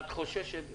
את חוששת,